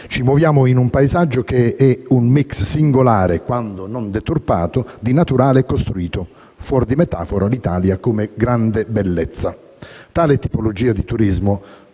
Ci muoviamo in un paesaggio che è un *mix* singolare, quando non deturpato, di naturale e costruito. Fuor di metafora: l'Italia come "grande bellezza". Tale tipologia di turismo,